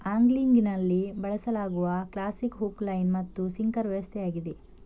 ಆಂಗ್ಲಿಂಗಿನಲ್ಲಿ ಬಳಸಲಾಗುವ classic hook, line ಮತ್ತು sinker ವ್ಯವಸ್ಥೆಯಾಗಿದೆ